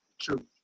true